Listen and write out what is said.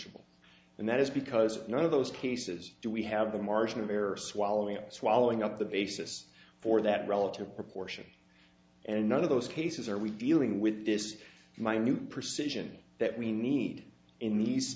e and that is because none of those cases do we have the margin of error swallowing swallowing up the basis for that relative proportion and none of those cases are we dealing with this minute perception that we need in these